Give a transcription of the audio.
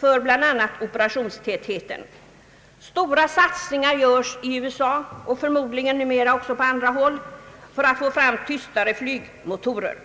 för bl.a. operationstätheten. Stora satsningar görs i USA och förmodligen också på andra håll för att få fram mera tystgående flygmotorer.